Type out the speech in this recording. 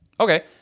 Okay